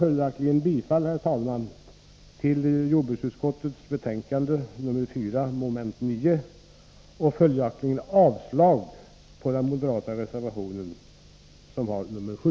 Följaktligen yrkar jag, herr talman, bifall till mom. 9 i hemställan i jordbruksutskottets betänkande nr 9 och alltså avslag på den moderata reservationen nr 7.